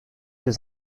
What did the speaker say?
yüz